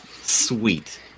Sweet